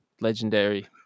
Legendary